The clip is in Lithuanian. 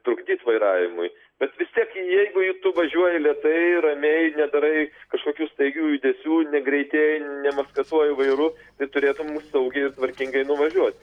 trukdyt vairavimui bet vis tiek jeigu tu važiuoji lėtai ramiai nedarai kažkokių staigių judesių negreitėji nemaskatuoji vairu taip turėtum saugiai ir tvarkingai nuvažiuot